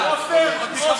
יש דבר